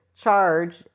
charge